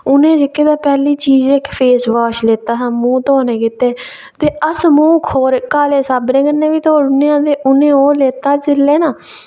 उ'नें जेह्की ते पैह्ली चीज फेसवॉश लैता हा मूंह् धोनै गितै ते अस मूंह् खौरे काले साबुनै कन्नै बी धोई ओड़ने आं ते उ'नें ओह् लैता जेल्लै ना